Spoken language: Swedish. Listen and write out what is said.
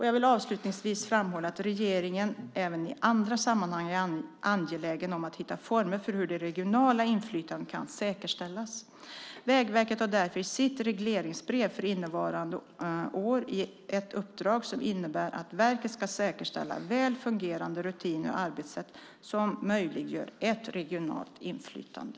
Jag vill avslutningsvis framhålla att regeringen även i andra sammanhang är angelägen om att hitta former för hur det regionala inflytandet kan säkerställas. Vägverket har därför i sitt regleringsbrev för innevarande år ett uppdrag som innebär att verket ska säkerställa väl fungerande rutiner och arbetssätt som möjliggör ett regionalt inflytande.